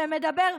ומדבר,